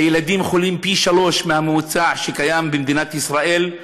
הילדים חולים פי-שלושה מהממוצע שקיים במדינת ישראל,